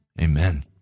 Amen